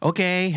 Okay